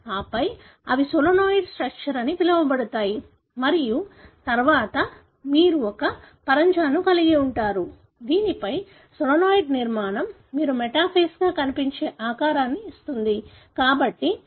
ఆపై అవి solenoid structure అని పిలువబడతాయి మరియు తరువాత మీరు ఒక పరంజాను కలిగి ఉంటారు దీనిపై సోలేనోయిడ్ నిర్మాణం మీరు మెటాఫేస్గా కనిపించే ఆకారాన్ని ఇస్తుంది